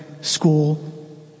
school